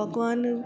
भॻवान